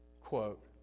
Quote